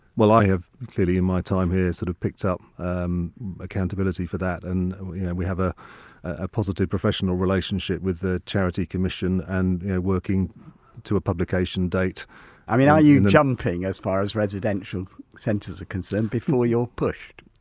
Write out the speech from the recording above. well i have clearly in my time here sort of picked up um accountability for that and we have ah a positive professional relationship with the charity commission and working to a publication date i mean are you jumping as far as residential centres are concerned before you're pushed?